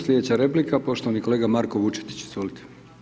Sljedeća replika, poštovani kolega Marko Vučetić, izvolite.